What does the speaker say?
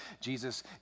jesus